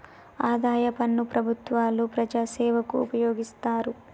ఆదాయ పన్ను ప్రభుత్వాలు ప్రజాసేవకు ఉపయోగిస్తారు